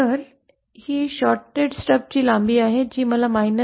तर ही शॉर्ट्ड स्टबची लांबी आहे जी मला J 1